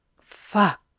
Fuck